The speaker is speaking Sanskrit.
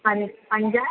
अन् अञ्ज